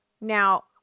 Now